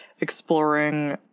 exploring